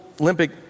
Olympic